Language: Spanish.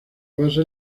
basa